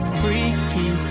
freaky